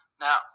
Now